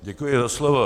Děkuji za slovo.